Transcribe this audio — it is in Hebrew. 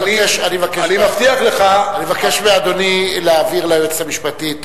אני מבקש מאדוני להעביר ליועץ המשפטי את